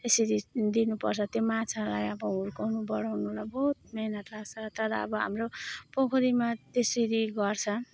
यसरी दिनुपर्छ त्यो माछालाई अब हुर्काउनु बढाउनुमा बहुत मिहिनेत लाग्छ तर अब हाम्रो पोखरीमा त्यसरी गर्छन्